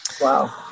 Wow